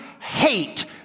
hate